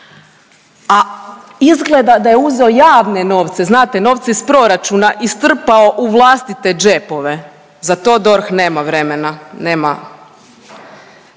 A izgleda da je uzeo javne novce, znate novce iz proračuna i strpao u vlastite džepove. Za to DORH nema vremena,